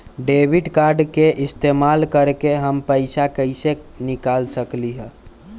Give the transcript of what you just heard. Debit card के इस्तेमाल करके हम पैईसा कईसे निकाल सकलि ह?